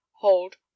hold